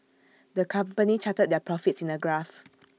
the company charted their profits in A graph